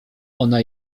ona